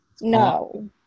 No